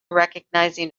recognizing